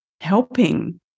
helping